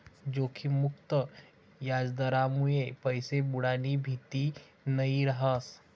जोखिम मुक्त याजदरमुये पैसा बुडानी भीती नयी रहास